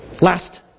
Last